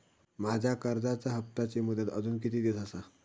माझ्या कर्जाचा हप्ताची मुदत अजून किती दिवस असा?